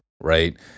right